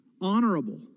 honorable